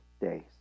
days